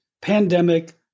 pandemic